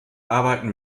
arbeiten